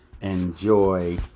enjoy